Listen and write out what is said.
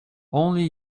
only